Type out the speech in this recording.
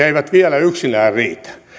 eivät vielä yksinään riitä